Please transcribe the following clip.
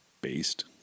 based